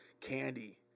candy